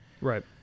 Right